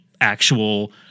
actual